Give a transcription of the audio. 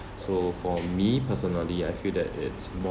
so for me personally I feel that it's